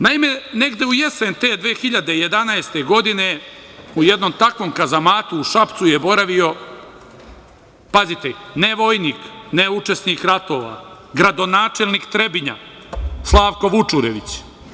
Naime, negde u jesen te 2011. godine u jednom takvom kazamatu u Šapcu je boravio, pazite, ne vojnik, ne učesnik ratova, gradonačelnik Trebinja Slavko Vučurević.